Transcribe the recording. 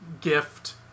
gift